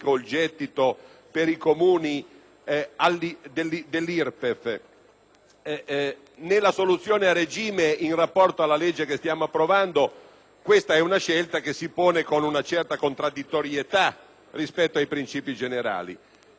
nella soluzione a regime, in rapporto alla legge che stiamo approvando questa sia una scelta che si pone con una certa contraddittorietà rispetto ai principi generali,